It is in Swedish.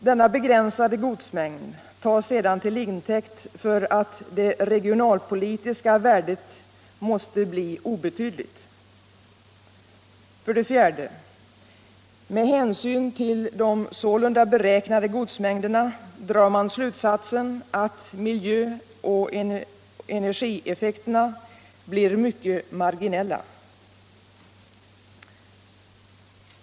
Denna begränsade godsmängd tas sedan till intäkt för att det regionalpolitiska värdet måste bli obetydligt. 4. Med hänsyn till de sålunda beräknade godsmängderna drar man slutsatsen att miljöoch energieffekterna blir mycket marginella.